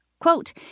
Quote